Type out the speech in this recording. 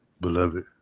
beloved